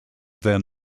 then